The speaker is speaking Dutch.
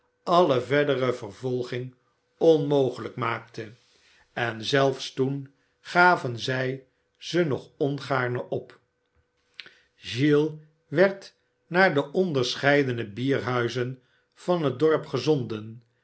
alle verdere vervolging onmogelijk maakte en zelfs toen gaven zij ze nog ongaarne op oiles werd naar de onderscheidene bierhuizen van het dorp gezonden